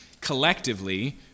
collectively